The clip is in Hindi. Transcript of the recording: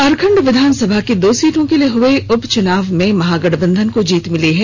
झारखंड विधानसभा की दो सीटों के लिए हुए उपचुनाव में महागठबंधन को जीत मिली है